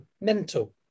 mental